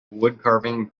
woodcarving